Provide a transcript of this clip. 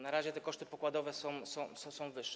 Na razie te koszty pokładowe są wyższe.